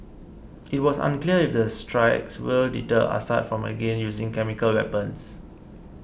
it was unclear if the strikes will deter Assad from again using chemical weapons